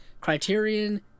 Criterion